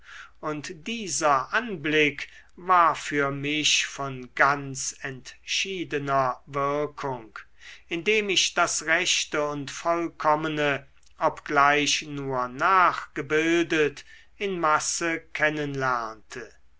und dieser anblick war für mich von ganz entschiedener wirkung indem ich das rechte und vollkommene obgleich nur nachgebildet in masse